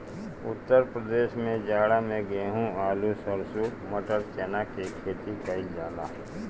उत्तर प्रदेश में जाड़ा में गेंहू, आलू, सरसों, मटर, चना के खेती कईल जाला